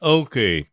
okay